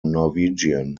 norwegian